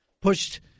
pushed